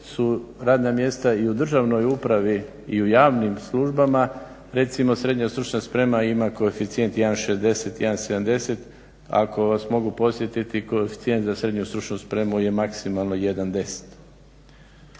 su radna mjesta i u državnoj upravi i u javnim službama recimo SSS ima koeficijent 1.60, 1.70, ako vas mogu podsjetiti koeficijent za SSS je maksimalno 1.10.